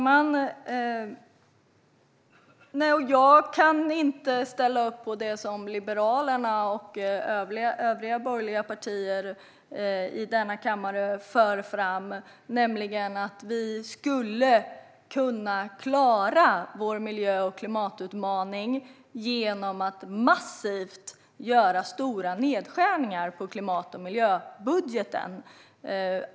Fru talman! Jag kan inte ställa upp på det som Liberalerna och övriga borgerliga partier i denna kammare för fram, nämligen att man skulle kunna klara vår miljö och klimatutmaning genom att massivt göra stora nedskärningar på klimat och miljöbudgeten.